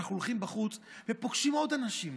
אנחנו הולכים בחוץ ופוגשים עוד אנשים.